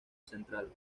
central